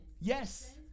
Yes